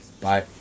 Bye